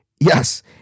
Yes